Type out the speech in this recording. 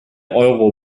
euro